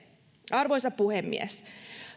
arvoisa puhemies